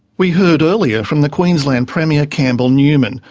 we heard earlier from the queensland premier campbell newman,